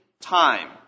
time